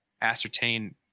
ascertain